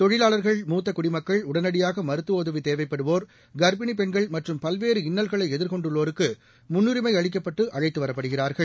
தொழிலாளா்கள் மூத்த குடிமக்கள் உடனடியாக மருத்துவ உதவி தேவைப்படுவோா் கா்ப்பிணி பெண்கள் மற்றும் பல்வேறு இன்னல்களை எதிர்கொண்டுள்ளோருக்கு முன்னுரிமை அளிக்கப்பட்டு அழைத்து வரப்படுகிறார்கள்